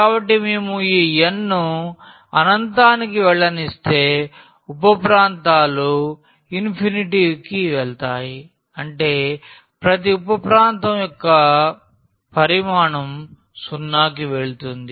కాబట్టి మేము ఈ n ను అనంతానికి వెళ్ళనిస్తే ఉప ప్రాంతాలు వెళ్తాయి అంటే ప్రతి ఉప ప్రాంతం యొక్క పరిమాణం 0 కి వెళుతుంది